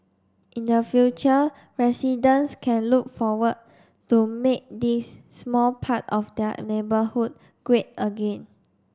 in the future residents can look forward to make this small part of their neighbourhood great again